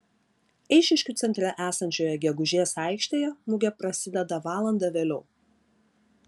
eišiškių centre esančioje gegužės aikštėje mugė prasideda valanda vėliau